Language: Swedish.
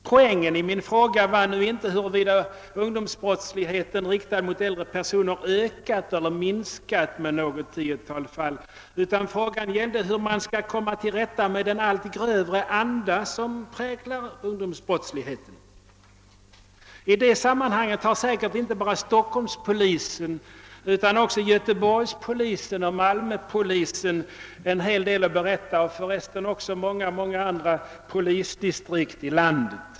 Poängen i min fråga var nu inte huruvida ungdomsbrottslighet, riktad mot äldre personer ökat eller minskat med något tiotal fall, utan frågan gällde hur man skall komma till rätta med den allt grövre anda som präglar ungdomsbrottsligheten. I det sammanhanget har säkert inte bara Stockholmspolisen utan också <:Göteborgspolisen och Malmöpolisen en hel del att berätta och förresten också många andra polisdistrikt i landet.